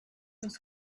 was